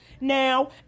Now